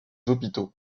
hôpitaux